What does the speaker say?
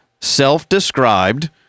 self-described